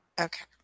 Okay